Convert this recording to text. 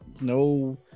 no